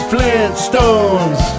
Flintstones